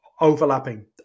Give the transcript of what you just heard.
overlapping